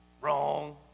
Wrong